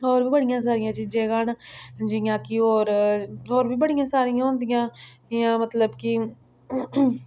होर बी बड़ियां सारिया अच्छी जगह् न जियां कि होर होर बी बड़ियां सारियां होंदियां जियां मतलब कि